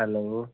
hello